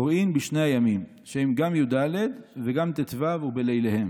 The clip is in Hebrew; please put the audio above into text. קוראין בשני הימים שהן גם י"ד וגם ט"ו ובליליהם,